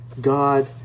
God